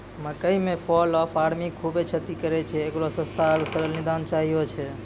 मकई मे fall of army खूबे क्षति करेय छैय, इकरो सस्ता आरु सरल निदान चाहियो छैय?